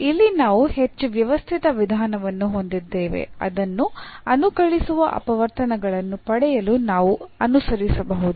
ಇಲ್ಲಿ ನಾವು ಹೆಚ್ಚು ವ್ಯವಸ್ಥಿತ ವಿಧಾನವನ್ನು ಹೊಂದಿದ್ದೇವೆ ಅದನ್ನು ಅನುಕಲಿಸುವ ಅಪವರ್ತನಗಳನ್ನು ಪಡೆಯಲು ನಾವು ಅನುಸರಿಸಬಹುದು